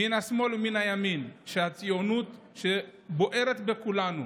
מן השמאל ומן הימין, הציונות בוערת בכולנו,